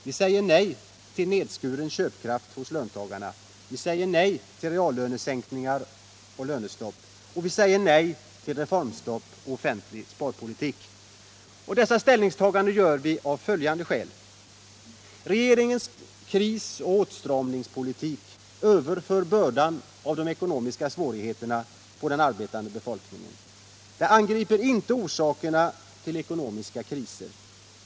Vi säger nej till nedskuren köpkraft hos löntagarna, nej till reallönesänkningar och lönestopp och nej till reformstopp och offentlig sparpolitik. Dessa ställningstaganden gör vi av följande skäl: Regeringens krisoch åtstramningspolitik överför bördan av de ekonomiska svårigheterna på den arbetande befolkningen. Den angriper inte orsakerna till ekonomiska kriser.